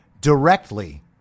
directly